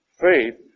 faith